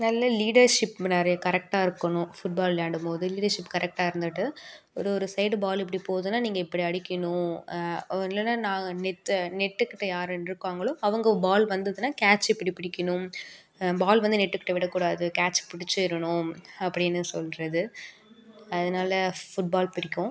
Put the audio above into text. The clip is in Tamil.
நல்ல லீடர்ஷிப் நிறைய கரெக்டாக இருக்கணும் ஃபுட்பால் விளையாடும்போது லீடர்ஷிப் கரெக்டாக இருந்துவிட்டு ஒரு ஒரு சைடு பால் இப்படி போகுதுன்னா நீங்கள் இப்படி அடிக்கணும் இல்லைன்னா நாங்கள் நெட் சை நெட்டுக்கிட்டே யார் இருக்காங்களோ அவங்க பால் வந்துதுன்னால் கேட்ச் இப்படி பிடிக்கணும் பால் வந்து நெட்டுக்கிட்டே விடக்கூடாது கேட்ச் பிடிச்சிரணும் அப்படின்னு சொல்வது அதனாலே ஃபுட்பால் பிடிக்கும்